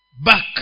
Back